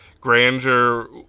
grandeur